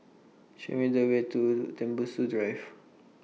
Show Me The Way to Tembusu Drive